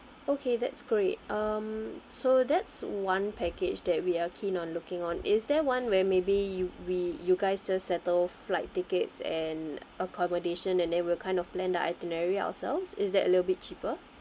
okay that's great um so that's one package that we are keen on looking on is there one where maybe you we you guys just settle flight tickets and accommodation and they will kind of plan the itinerary ourselves is that a little bit cheaper